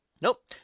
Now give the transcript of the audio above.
Nope